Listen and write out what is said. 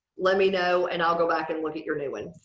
let me know and i'll go back and look at your new one.